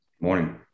Morning